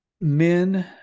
men